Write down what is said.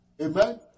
Amen